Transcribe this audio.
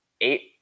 eight